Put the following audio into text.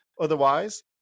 Otherwise